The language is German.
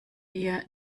eher